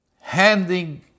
handing